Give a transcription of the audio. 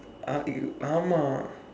uh you